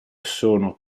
sono